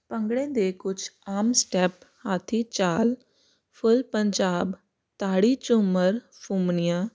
ਭੰਗੜੇ ਦੇ ਕੁਛ ਆਮ ਸਟੈਪ ਹਾਥੀ ਚਾਲ ਫੁੱਲ ਪੰਜਾਬ ਤਾੜੀ ਝੁੰਮਰ ਫੁੰਮਣੀਆਂ